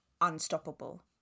unstoppable